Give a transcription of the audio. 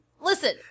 Listen